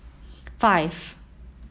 five